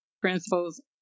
principles